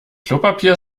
klopapier